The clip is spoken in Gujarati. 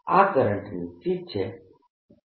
આ કરંટની શીટ છે